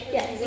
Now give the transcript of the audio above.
Yes